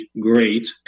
great